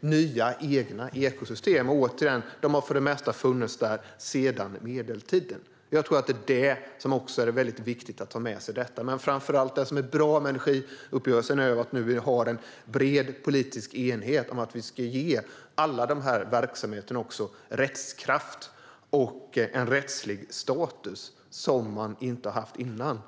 nya egna ekosystem. Och återigen: De har för det mesta funnits sedan medeltiden. Jag tror att det är väldigt viktigt att ta med sig det. Men det som framför allt är bra med energiuppgörelsen är att vi nu har en bred politisk enighet om att vi ska ge alla dessa verksamheter rättskraft och en rättslig status som de inte har haft innan.